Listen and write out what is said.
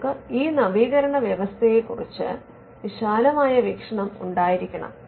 നമുക്ക് ഈ നവീകരണ വ്യവസ്ഥയെക്കുറിച്ച് വിശാലമായ വീക്ഷണം ഉണ്ടായിരിക്കണം